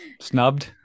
snubbed